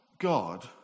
God